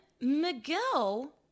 Miguel